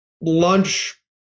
lunch